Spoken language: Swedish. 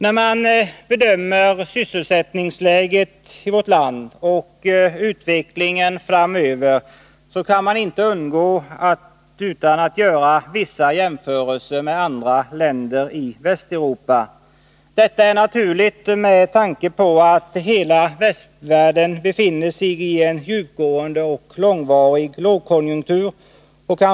När man bedömer sysselsättningsläget i vårt land och utvecklingen framöver, kan man inte undgå att göra vissa jämförelser med andra länder i Västeuropa. Det är naturligt med tanke på att hela västvärlden befinner sig i en djupgående och långvarig lågkonjunktur.